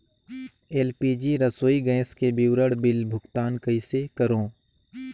LPG रसोई gas के विवरण बिल भुगतान कइसे करों?